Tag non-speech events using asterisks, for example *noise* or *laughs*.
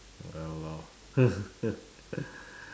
ya lor *laughs*